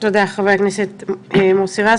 תודה, חבר הכנסת מוסי רז.